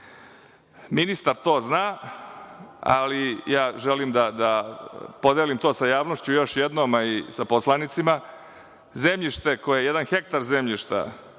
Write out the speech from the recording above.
to zna, ali ja želim da podelim to sa javnošću još jednom, a i sa poslanicima, zemljište koje je jedan hektar zemljišta,